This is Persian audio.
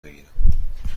بگیرم